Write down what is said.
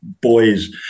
boys